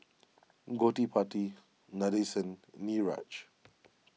Gottipati Nadesan Niraj